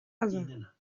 other